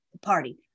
Party